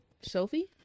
Sophie